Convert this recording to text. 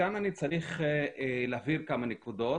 כאן אני צריך להבהיר כמה נקודות.